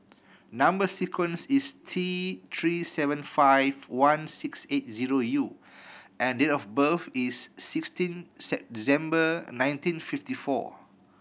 number sequence is T Three seven five one six eight zero U and date of birth is sixteen December nineteen fifty four